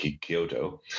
Kyoto